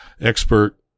expert